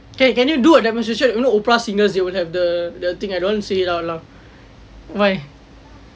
okay can you do a demonstration you know opera singers they will have the the thing I don't want to sing it out lah why